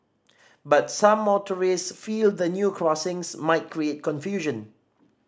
but some motorists feel the new crossings might create confusion